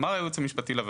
אמר היועץ המשפטי לוועדה,